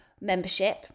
membership